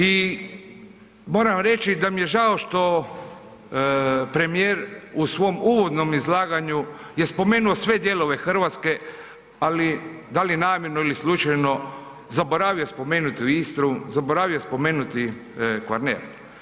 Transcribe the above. I moram reći da mi je žao što premijer u svom uvodnom izlaganju je spomenuo sve dijelove RH, ali da li namjerno ili slučajno zaboravio je spomenut Istru, zaboravio je spomenuti Kvarner.